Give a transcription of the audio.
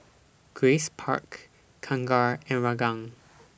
Grace Park Kangkar and Ranggung